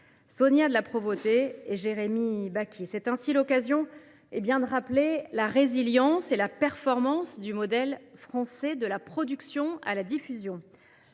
Sonia de La Provôté et Jérémy Bacchi. Ce texte est l’occasion de rappeler la résilience et la performance du modèle français, de la production à la diffusion.